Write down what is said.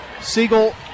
Siegel